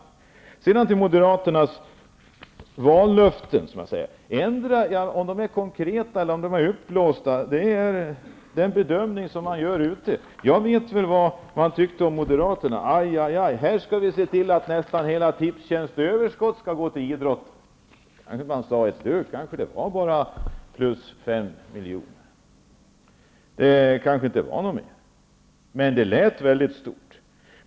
När det sedan gäller Moderaternas vallöften och om de är konkreta eller uppblåsta är det en bedömning som man gör ute. Jag vet vad människor tyckte om Moderaterna när de ville se till att nästan hela Tipstjänsts överskott skulle gå till idrotten. Men de sade kanske inte det. Det var kanske bara plus fem miljoner. Det var kanske inte mer, men det lät väldigt stort.